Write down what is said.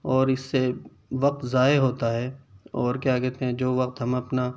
اور اس سے وقت ضائع ہوتا ہے اور کیا کہتے ہیں جو وقت ہم اپنا